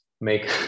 make